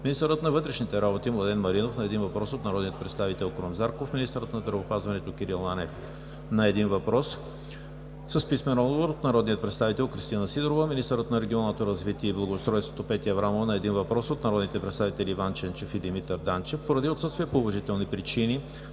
министърът на вътрешните работи Младен Маринов – на един въпрос от народния представител Крум Зарков; - министърът на здравеопазването Кирил Ананиев – на един въпрос с писмен отговор от народния представител Кристина Сидорова; - министърът на регионалното развитие и благоустройството Петя Аврамова – на един въпрос от народните представители Иван Ченчев и Димитър Данчев. Поради отсъствие поради уважителни причини